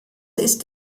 ist